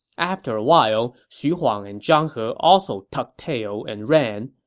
after a while, xu huang and zhang he also tucked tail and ran.